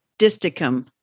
disticum